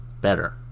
better